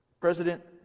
President